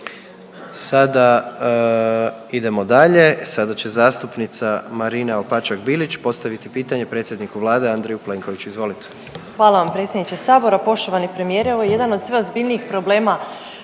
Sada idemo dalje. Sada će zastupnica Marina Opačak Bilić postaviti pitanje predsjedniku Vlade Andreju Plenkoviću, izvolite. **Opačak Bilić, Marina (Nezavisni)** Hvala vam predsjedniče Sabora. Poštovani premijeru, ovo je jedan od sve ozbiljnijih problema